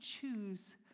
choose